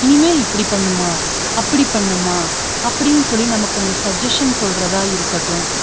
இனிமேல் இப்படி பண்ணுமா அப்படி பண்ணுமா அப்படின்னு சொல்லி நம்ம கொஞ்சம் சஜஷன் சொல்கிறதா இருக்கட்டும்